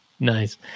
Nice